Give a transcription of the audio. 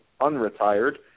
unretired